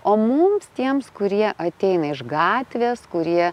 o mums tiems kurie ateina iš gatvės kurie